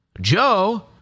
Joe